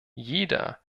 jeder